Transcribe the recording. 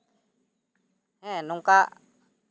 ᱦᱮᱸ ᱱᱚᱝᱠᱟ